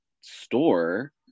store